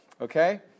okay